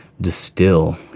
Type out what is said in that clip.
Distill